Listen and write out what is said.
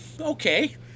Okay